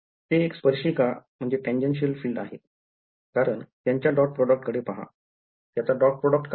ते एक स्पर्शिका म्हणजे tangential फील्ड आहेकारण त्यांच्या dot product कडे पहा त्याचा dot product काय आहे